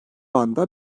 anda